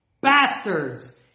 Bastards